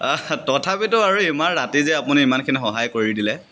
তথাপিতো ইমান ৰাতি যে আপুনি ইমানখিনি সহায় কৰি দিলে